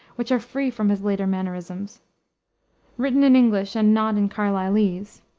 which are free from his later mannerism written in english, and not in carlylese